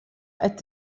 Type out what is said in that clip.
qed